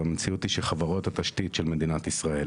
והמציאות היא שחברות התשתית של מדינת ישראל